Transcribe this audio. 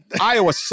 Iowa